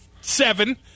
seven